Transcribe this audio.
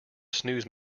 snooze